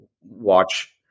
watch